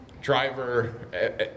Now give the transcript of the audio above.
driver